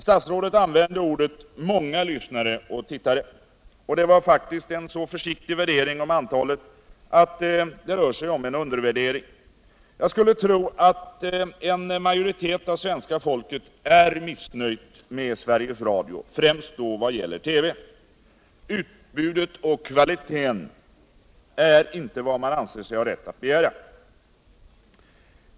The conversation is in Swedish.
Statsrådet använde orden ”många Iyssnare och tittare”. Det var faktiskt en så försiktig värdering av antalet att det rör sig om en undervärdering. Jag skulle tro att en majoritet av svenska folket är missnöjd med Sveriges Radio, främst vad gäller TV. Utbudet och kvaliteten är inte vad man anser sig ha rätt att begära.